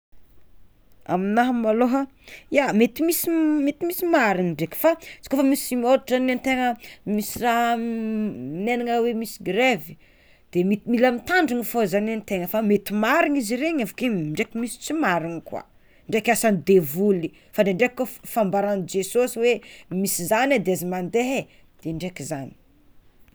Aminaha malôha, ia mety misy mety misy mariny ndraiky, izy kôfa misy ôhatra zany antegna misy raha minegnana hoe misy grevy de mila mitandriny fogna antegna fa mety marigny izy regny avakeo ndraiky misy tsy mariny koa ndraiky asan'ny devoly, fa ndraindraiky koa fambaran'i Jesosy hoe misy zany e de aza mande e ndraiky zany.